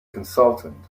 consultant